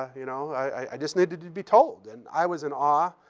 ah you know, i just needed to be told. and i was in awe.